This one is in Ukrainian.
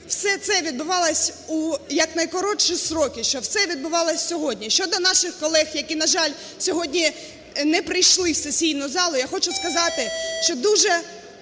все це відбувалося у найкоротший строки, щоб все відбувалося сьогодні. Щодо наших колег, які, на жаль, сьогодні не прийшли в сесійну залу, я хочу сказати, що дуже-дуже